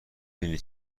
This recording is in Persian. بینی